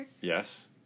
Yes